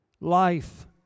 life